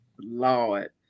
Lord